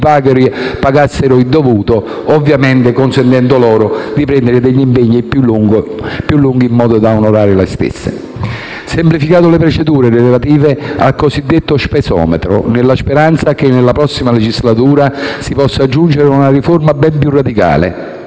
tutti paghino il dovuto, ovviamente consentendo loro di prendere impegni più lunghi in modo da onorare le stesse. Abbiamo semplificato le procedure relative al cosiddetto spesometro, nella speranza che nella prossima legislatura si possa giungere a una riforma ben più radicale